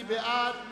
מי בעד ההצעה?